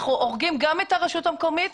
אנחנו הורגים גם את הרשות המקומית,